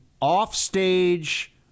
offstage